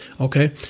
okay